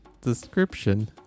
description